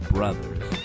Brothers